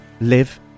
live